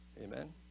Amen